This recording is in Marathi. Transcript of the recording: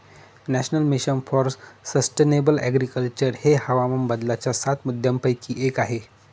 national Mission for Sustainable Agriculture हे हवामान बदलाच्या सात मुद्यांपैकी एक आहे